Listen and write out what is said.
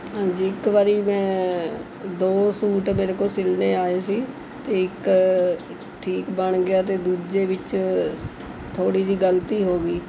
ਹਾਂਜੀ ਇੱਕ ਵਾਰੀ ਮੈਂ ਦੋ ਸੂਟ ਮੇਰੇ ਕੋਲ਼ ਸਿਲਨੇ ਆਏ ਸੀ ਅਤੇ ਇੱਕ ਠੀਕ ਬਣ ਗਿਆ ਅਤੇ ਦੂਜੇ ਵਿੱਚ ਥੋੜ੍ਹੀ ਜਿਹੀ ਗਲਤੀ ਹੋ ਗਈ